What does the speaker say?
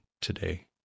today